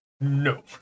No